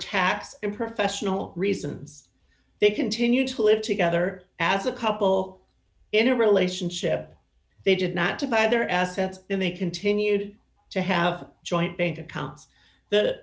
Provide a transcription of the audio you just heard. in professional reasons they continue to live together as a couple in a relationship they did not to buy their assets in they continued to have joint bank account